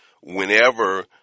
whenever